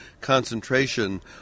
concentration